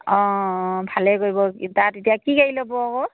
অঁ ভালেই কৰিব তাত এতিয়া কি গাড়ী ল'ব আকৌ